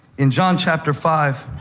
in john, chapter five,